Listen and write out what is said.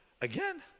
again